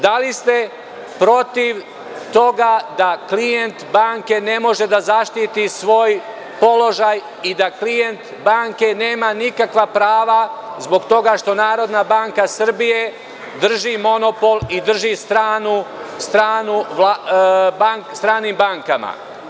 Da li ste protiv toga da klijent banke ne može da zaštiti svoj položaj i da klijent banke nema nikakva prava zbog toga što NBS drži monopol i drži stranu stranim bankama.